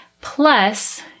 Plus